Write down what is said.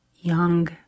young